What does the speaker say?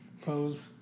pose